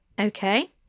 Okay